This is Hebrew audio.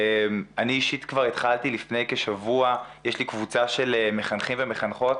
אני אישית כבר התחלתי לפני כשבוע יש לי קבוצה של מחנכים ומחנכות,